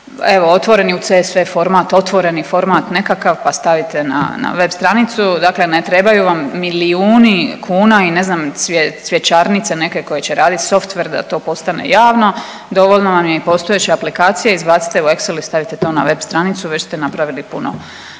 evo otvoreni u … format otvoreni format nekakav pa stavite na web stranicu. Dakle, ne trebaju vam milijuni kuna i ne znam cvjećarnice neke koje će radit softver da to postane javno, dovoljno vam je i postojeća aplikacije izbacite u Excel i stave to na web stranicu već ste napravili puno